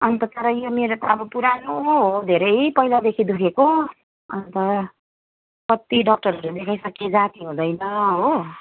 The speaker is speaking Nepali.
अन्त प्रायः यो मेरो त अब पुरानो हो धेरै पहिलादेखि दुखेको अन्त कति डक्टरहरू देखाइसकेँ जाती हुँदैन हो